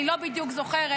אני לא בדיוק זוכרת,